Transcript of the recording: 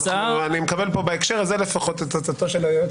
אני מקבל כאן בהקשר הזה לפחות את העצה של היועץ